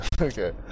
Okay